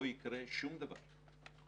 לא יקרה שום דבר.